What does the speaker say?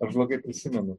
aš blogai prisimenu